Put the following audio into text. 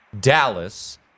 dallas